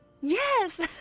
Yes